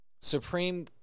Supreme